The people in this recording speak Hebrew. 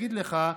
ויגיד לך באוזן,